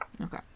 Okay